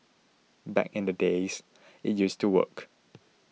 back in the days it used to work